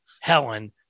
Helen